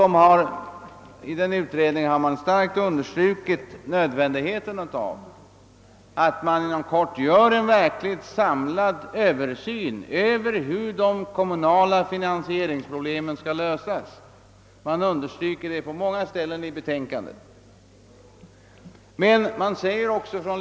Man underströk starkt nödvändigheten av att det inom kort görs en verkligt samlad översyn över hur de kommunala finansieringsproblemen skall lösas. Detta framhölls på många ställen i utredningens betänkande.